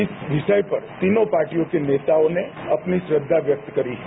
इस विषय पर तीनों पार्टियों के नेताओं ने अपनी श्रद्धा व्यक्त करी है